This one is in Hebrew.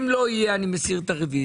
אם לא יהיה, אני מסיר את הרוויזיה.